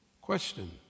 Question